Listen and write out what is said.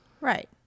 Right